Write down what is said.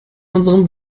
unserem